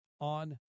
on